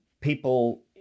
people